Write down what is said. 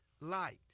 Light